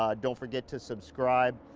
um don't forget to subscribe,